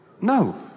No